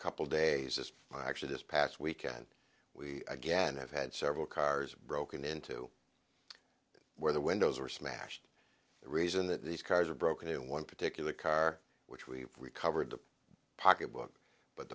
couple days this might actually this past weekend we again have had several cars broken into where the windows were smashed the reason that these cars are broken in one particular car which we've recovered the pocketbook but